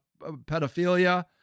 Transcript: pedophilia